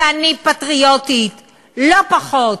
ואני פטריוטית לא פחות,